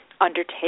undertake